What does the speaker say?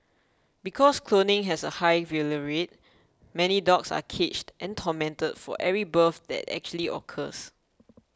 because cloning has a high failure rate many dogs are caged and tormented for every birth that actually occurs